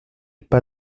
pas